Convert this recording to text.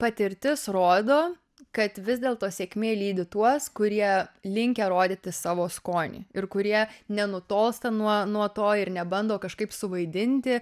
patirtis rodo kad vis dėlto sėkmė lydi tuos kurie linkę rodyti savo skonį ir kurie nenutolsta nuo nuo to ir nebando kažkaip suvaidinti